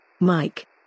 Mike